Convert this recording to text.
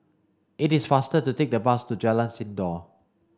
it is faster to take the bus to Jalan Sindor